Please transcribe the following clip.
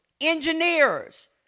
engineers